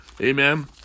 amen